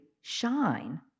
shine